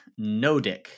Nodick